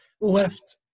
left